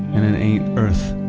and it ain't earth,